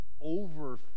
over